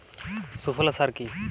সুফলা সার কি?